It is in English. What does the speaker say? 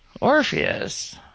Orpheus